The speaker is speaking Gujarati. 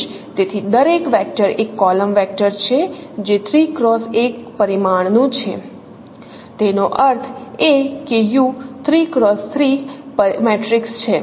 તેથી દરેક વેક્ટર એક કોલમ વેક્ટર છે જે 3 x 1 પરિમાણનું છે તેનો અર્થ એ કે U 3x3 મેટ્રિક્સ છે